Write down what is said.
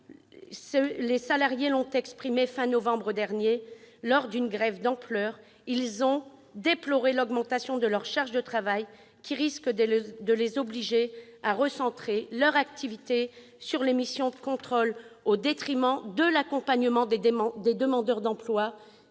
à la fin du mois de novembre dernier, lors d'une grève d'ampleur. Ils ont déploré l'augmentation de leur charge de travail, qui risque de les contraindre à recentrer leur activité sur les missions de contrôle, au détriment de l'accompagnement des demandeurs,